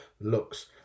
looks